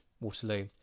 Waterloo